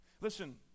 Listen